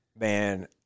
man